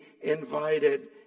invited